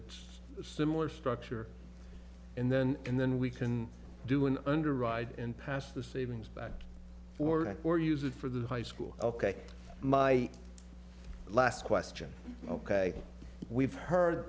it's a similar structure and then and then we can do an under ride and pass the savings back for it or use it for the high school ok my last question ok we've heard